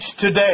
today